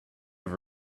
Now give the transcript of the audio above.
have